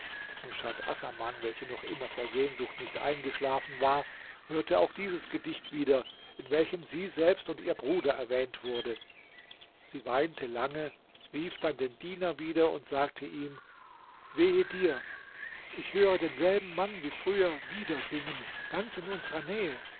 nushat assaman welche noch immer vor sehnsucht nicht eingeschlafen war hörte auch dieses gedicht wieder in welchem sie selbst und ihr bruder erwähnt wurde sie weinte lange rief dann den diener wieder und sagte ihm wehe dir ich höre denselben mann wie früher wieder singen ganz in unserer nähe